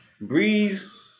Breeze